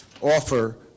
offer